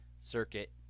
circuit